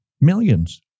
Millions